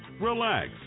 Relax